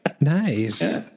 Nice